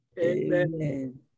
Amen